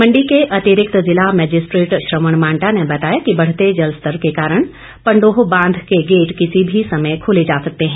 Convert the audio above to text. मंडी के अतिरिक्त जिला मजिस्ट्रेट श्रवण मांटा ने बताया कि बढ़ते जलस्तर के कारण पंडोह बांध के गेट किसी भी समय खोले जा सकते हैं